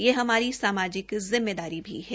यह हमारी सामाजिक जिम्मेदारी भी है